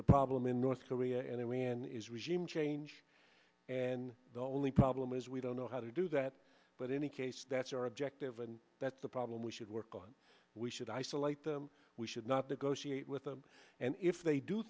the problem in north korea and iran is regime change and the only problem is we don't know how to do that but any case that's our objective and that's the problem we should work on we should isolate them we should not to go see it with them and if they do